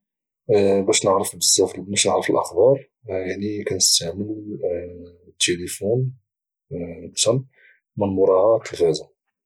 باش نعرف الأخبار يعني كنستعمل التيلفون كتر من موراها التلفازة